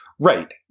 Right